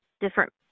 different